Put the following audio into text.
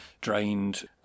drained